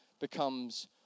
becomes